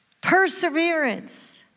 Perseverance